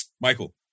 Michael